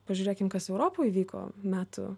pažiūrėkim kas europoj vyko metų